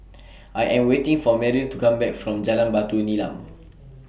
I Am waiting For Meryl to Come Back from Jalan Batu Nilam